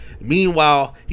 Meanwhile